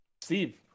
Steve